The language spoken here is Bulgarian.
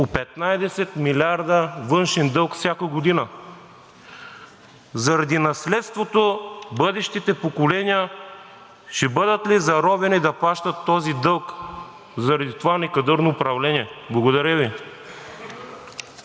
по 15 милиарда външен дълг всяка година? Заради наследството бъдещите поколения ще бъдат ли заробени да плащат този дълг заради това некадърно управление? Благодаря Ви.